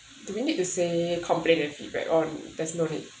do we need to say complain and feedback or that's no need